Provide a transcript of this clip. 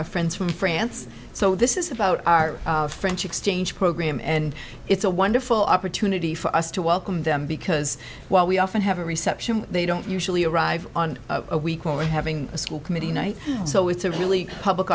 need friends from france so this is about our french exchange program and it's a wonderful opportunity for us to welcome them because while we often have a reception they don't usually arrive on a week we're having a school committee night so it's a really public